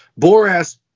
Boras